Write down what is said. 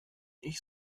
ich